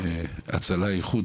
הצלה איחוד,